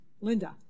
Linda